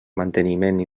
manteniment